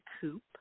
coop